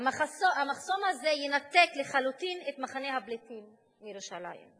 המחסום הזה ינתק לחלוטין את מחנה הפליטים מירושלים.